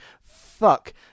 fuck